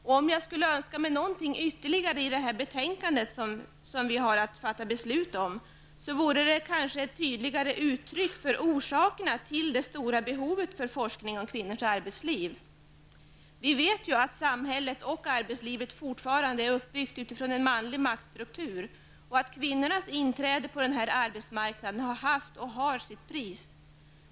Om jag skulle önska mig något ytterligare i det betänkande som vi har att fatta beslut om vore det ett tydligare uttryck för orsakerna till det stora behovet av forskning om kvinnors arbetsliv. Vi vet att samhället och arbetslivet fortfarande är uppbyggt utifrån en manlig maktstruktur och att kvinnornas inträde på denna arbetsmarknad har haft och har sitt pris.